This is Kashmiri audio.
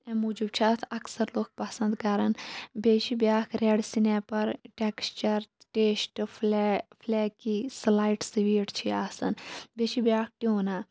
اَمہِ موٗجوٗب چھِ اَتھ اکثر لُکھ پَسنٛد کَران بیٚیہِ چھِ بیٛاکھ رٮ۪ڈ سٕنیپَر ٹٮ۪کٕسچَر ٹیسٹہٕ فٕلے فٕلیکی سٕلایٹ سٕویٖٹ چھِ یہِ آسان بیٚیہِ چھِ بیٛاکھ ٹیوٗنا